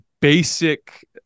basic